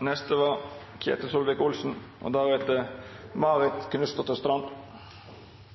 glad for Stortingets positive behandling av prosjektet. Fylkesvei 33 er hovedveiforbindelsen mellom Valdres og